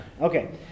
Okay